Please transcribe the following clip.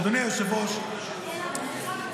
אדוני היושב-ראש,